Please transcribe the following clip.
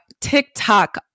TikTok